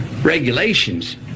regulations